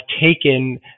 taken